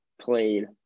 played